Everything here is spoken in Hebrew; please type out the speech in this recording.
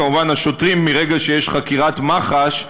כמובן, השוטרים, מרגע שיש חקירת מח"ש,